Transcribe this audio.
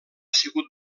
sigut